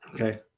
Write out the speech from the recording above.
Okay